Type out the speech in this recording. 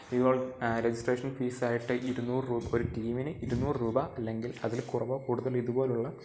ഇവർ രജിസ്ട്രേഷൻ ഫീസായിട്ട് ഇരുന്നൂറ് രൂപ ഒരു ടീമിന് ഇരുന്നൂറ് രൂപ അല്ലെങ്കിൽ അതിൽ കുറവോ കൂടുതലോ ഇതുപോലുള്ള